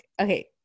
okay